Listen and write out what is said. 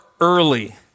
early